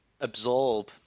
absorb